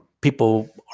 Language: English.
people